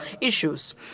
issues